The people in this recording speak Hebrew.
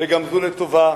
וגם זו לטובה,